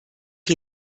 die